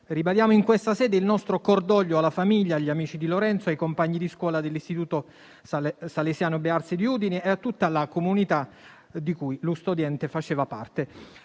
Ribadiamo in questa sede il nostro cordoglio alla famiglia, agli amici di Lorenzo, ai compagni di scuola dell'Istituto salesiano «Bearzi» di Udine e a tutta la comunità di cui lo studente faceva parte.